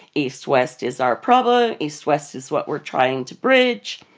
east-west is our problem. east-west is what we're trying to bridge.